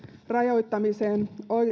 rajoittamiseen